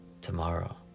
tomorrow